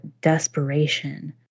desperation